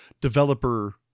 developer